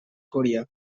korea